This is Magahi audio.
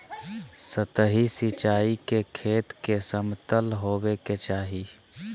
सतही सिंचाई के खेत के समतल होवे के चाही